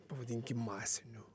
pavadinkim masiniu